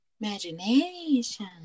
imagination